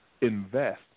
invest